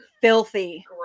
filthy